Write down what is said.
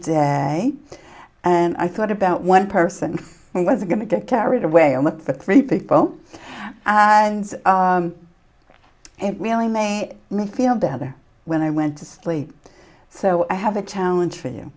day and i thought about one person i was going to get carried away and let the three people it really made me feel better when i went to sleep so i have a challenge for you